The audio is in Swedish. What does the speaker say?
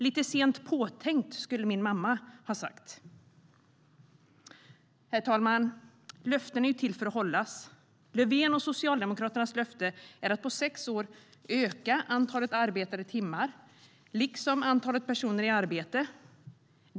Lite sent påtänkt, skulle min mamma ha sagt. Herr talman! Löften är till för att hållas. Löfvens och Socialdemokraternas löfte är att på sex år öka antalet arbetade timmar liksom antalet personer i arbete.